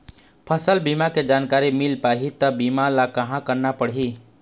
फसल बीमा के जानकारी मिल पाही ता बीमा ला कहां करना पढ़ी?